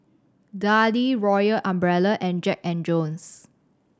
Darlie Royal Umbrella and Jack and Jones